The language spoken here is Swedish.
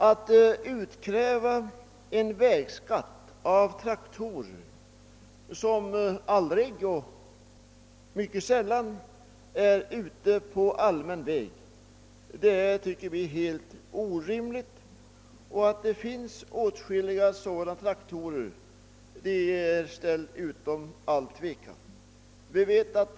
Att utkräva vägskatt för traktorer som aldrig eller mycket sällan är ute på allmän väg anser vi vara helt orimligt. Det är ställt utom allt tvivel att det finns åtskilliga sådana traktorer.